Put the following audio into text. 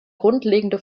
grundlegende